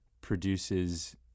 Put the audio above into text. produces